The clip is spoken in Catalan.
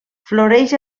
floreix